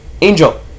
Angel